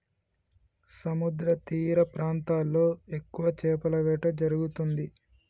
సముద్రతీర ప్రాంతాల్లో ఎక్కువ చేపల వేట జరుగుతుంది